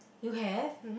you have